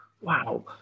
Wow